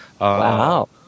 Wow